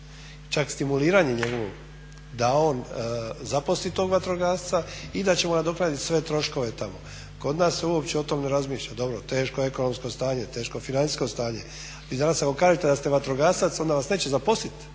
čak stimuliranje njegovo da on zaposli tog vatrogasca i da će mu nadoknadit sve troškove tamo. Kod nas se uopće o tome ne razmišlja, dobro, teško ekonomsko stanje, teško financijsko stanje. Vi dana samo kažete da ste vatrogasac onda vas neće zaposliti